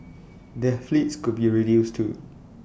their fleets could be reduced too